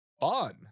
fun